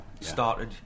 started